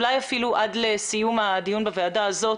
אולי אפילו עד לסיום הדיון בוועדה היום,